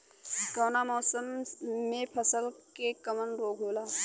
कवना मौसम मे फसल के कवन रोग होला?